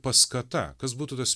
paskata kas būtų tas